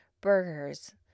burgers